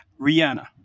rihanna